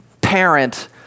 parent